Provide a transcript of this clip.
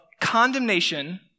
condemnation